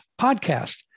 podcast